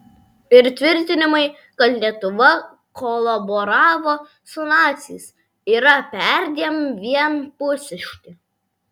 ir tvirtinimai kad lietuva kolaboravo su naciais yra perdėm vienpusiški